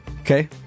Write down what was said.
Okay